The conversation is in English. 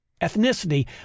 ethnicity